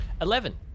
Eleven